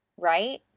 right